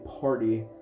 party